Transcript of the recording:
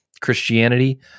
Christianity